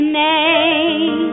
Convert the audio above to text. name